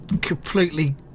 completely